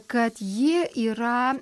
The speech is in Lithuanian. kad ji yra